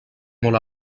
molt